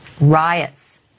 riots